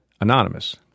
anonymous